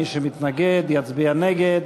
מי שמתנגד יצביע נגד.